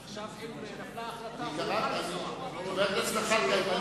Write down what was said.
עכשיו, אם נפלה ההחלטה, הוא יוכל לנסוע.